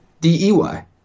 D-E-Y